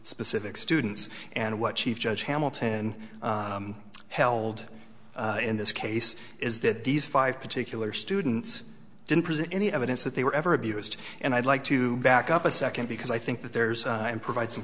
specific students and what chief judge hamilton held in this case is that these five particular students didn't present any evidence that they were ever abused and i'd like to back up a second because i think that there's an provide some